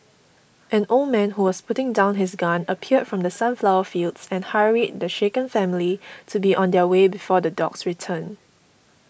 an old man who was putting down his gun appeared from the sunflower fields and hurried the shaken family to be on their way before the dogs return